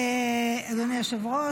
אדוני היושב-ראש,